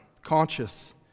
conscious